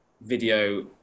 video